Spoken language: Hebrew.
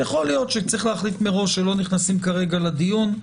יכול להיות שצריך להחליט מראש שלא נכנסים כרגע לדיון,